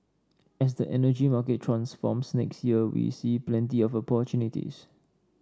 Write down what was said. as the energy market transforms next year we see plenty of opportunities